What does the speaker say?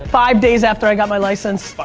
five days after i got my license,